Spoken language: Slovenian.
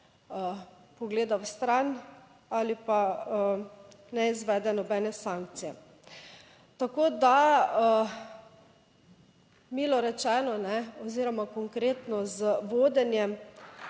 pogleda vstran ali pa ne izvede nobene sankcije. Tako, da milo rečeno oziroma konkretno z vodenjem